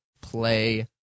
play